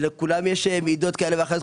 ולכולם יש מעידות כאלה ואחרות.